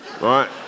Right